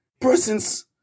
persons